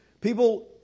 People